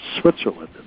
Switzerland